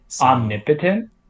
Omnipotent